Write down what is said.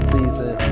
Season